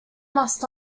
must